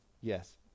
yes